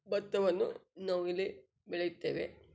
ಭತ್ತವನ್ನು ನಾವಿಲ್ಲಿ ಬೆಳೆಯುತ್ತೇವೆ